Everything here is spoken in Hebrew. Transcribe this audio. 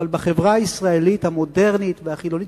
אבל בחברה הישראלית המודרנית והחילונית